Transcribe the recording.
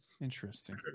Interesting